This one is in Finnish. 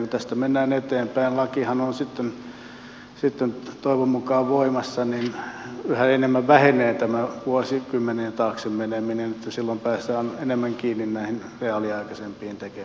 kun tästä mennään eteenpäin ja lakihan on sitten toivon mukaan voimassa niin yhä enemmän vähenee tämä vuosikymmenien taakse meneminen niin että silloin päästään enemmän kiinni näihin reaaliaikaisempiin tekemisiin